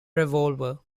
revolver